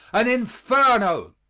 an inferno,